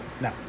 No